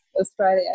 Australia